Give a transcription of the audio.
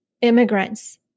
immigrants